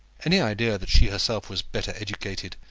any idea that she herself was better educated,